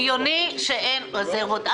לא הגיוני שאין רזרבות.